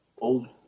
old